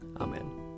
Amen